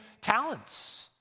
talents